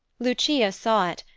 lucia saw it,